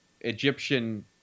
Egyptian